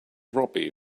robbie